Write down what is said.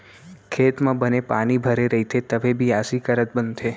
खेत म बने पानी भरे रइथे तभे बियासी करत बनथे